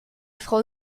frau